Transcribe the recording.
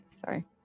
Sorry